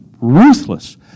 ruthless